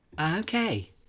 Okay